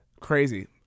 Crazy